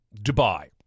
Dubai